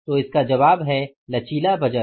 तो इसका जवाब है लचीला बजट